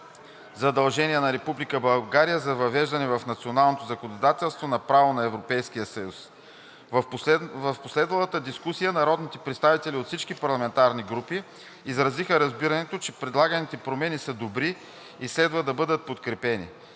задължения на Република България за въвеждане в националното законодателство на правото на Европейския съюз. В последвалата дискусия народните представители от всички парламентарни групи изразиха разбирането, че предлаганите промени са добри и следва да бъдат подкрепени.